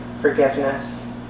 forgiveness